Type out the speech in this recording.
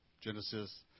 Genesis